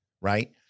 right